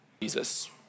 Jesus